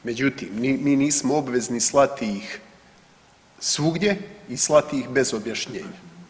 Međutim, mi nismo obvezni slati ih svugdje i slati ih bez objašnjenja.